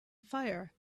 fire